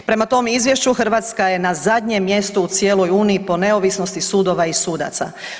Prema tome, izvješću Hrvatska je na zadnjem mjestu u cijeloj uniji po neovisnosti sudova i sudaca.